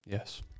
Yes